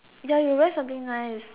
ya you wear something nice